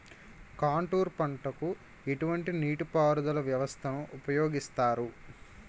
Contour పంటకు ఎటువంటి నీటిపారుదల వ్యవస్థను ఉపయోగిస్తారు?